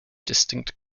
distinct